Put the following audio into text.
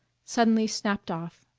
suddenly snapped off.